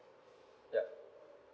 yup